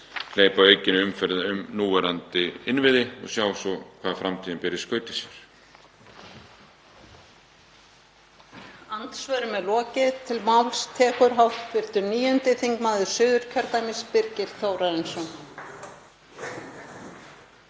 hleypa aukinni umferð um núverandi innviði og sjá svo hvað framtíðin ber í skauti sér.